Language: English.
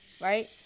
right